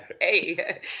Hey